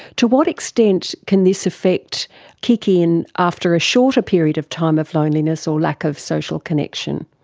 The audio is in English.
to what extent can this effect kick in after a shorter period of time of loneliness or lack of social connection?